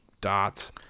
dots